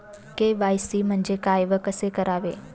KYC म्हणजे काय व कसे करावे?